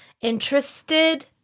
interested